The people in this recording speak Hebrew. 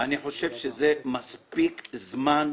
אני חושב שזה מספיק זמן.